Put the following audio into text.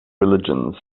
religions